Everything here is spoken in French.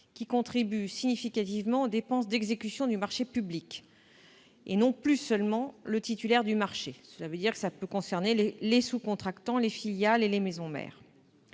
qui contribuent significativement aux dépenses d'exécution du marché public et non plus seulement le titulaire du marché. Elles pourront donc inclure les sous-contractants, les filiales et les maisons mères.